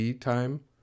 time